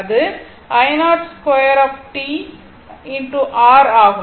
அதுஆகும்